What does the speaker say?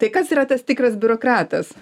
tai kas yra tas tikras biurokratas